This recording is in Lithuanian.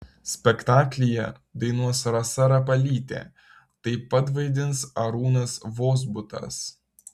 spektaklyje dainuos rasa rapalytė taip pat vaidins arūnas vozbutas